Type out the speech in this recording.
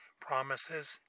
promises